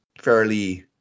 fairly